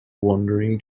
wandering